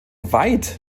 weit